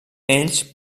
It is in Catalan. ells